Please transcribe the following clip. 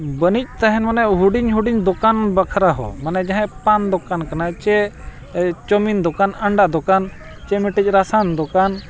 ᱵᱟᱹᱱᱤᱡ ᱛᱟᱦᱮᱱ ᱢᱟᱱᱮ ᱦᱩᱰᱤᱧ ᱦᱩᱰᱤᱧ ᱫᱚᱠᱟᱱ ᱵᱟᱠᱷᱨᱟ ᱦᱚᱸ ᱢᱟᱱᱮ ᱡᱟᱦᱟᱸᱭ ᱯᱟᱱ ᱫᱚᱠᱟᱱ ᱠᱟᱱᱟᱭ ᱥᱮ ᱪᱟᱣᱢᱤᱱ ᱫᱚᱠᱟᱱ ᱟᱱᱰᱟ ᱫᱚᱠᱟᱱ ᱥᱮ ᱢᱤᱫᱴᱤᱡ ᱨᱮᱥᱚᱱ ᱫᱚᱠᱟᱱ